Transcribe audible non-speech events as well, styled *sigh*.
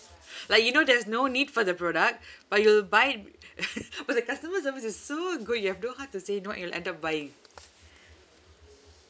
like you know there's no need for the product but you'll buy it *laughs* but the customer service is so good you have no heart to say no you'll end up buying